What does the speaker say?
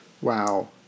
wow